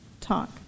talk